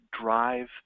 drive